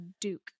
Duke